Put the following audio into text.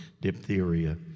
diphtheria